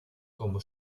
como